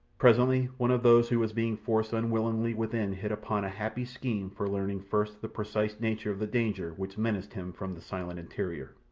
presently one of those who was being forced unwillingly within hit upon a happy scheme for learning first the precise nature of the danger which menaced him from the silent interior.